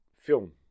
film